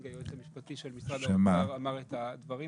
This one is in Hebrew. היועץ המשפטי של משרד האוצר אמר את הדברים.